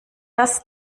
das